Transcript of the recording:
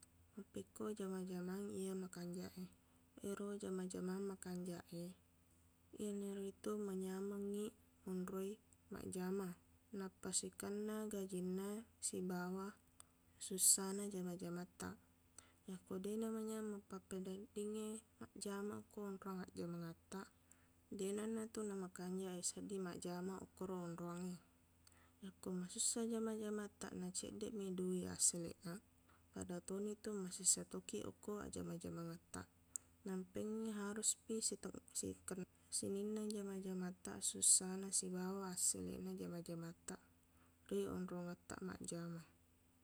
Mappekko jama-jamang iye makanjaq e ero jama-jamang makanjaq e iyanaritu manyamengngi onroi majjama nappa sikenna gajinna sibawa sussana jama-jamattaq yako deqna manyameng pappeneddingnge majjama ko onrang ajjamangattaq deqna natu namakanjaq isedding majjama okkoro onroangnge yakko masussa jama-jamattaq naceddeqmi duiq asseleqna pada tonitu masussatokiq okko ajjama-jamangattaq nappengngi haruspi siteg- sikken- sininna jama-jamattaq sussana sibawa asseleqna jama-jamattaq ri onrongattaq majjama